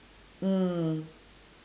mm